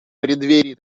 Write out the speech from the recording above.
преддверии